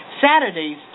Saturdays